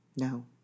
No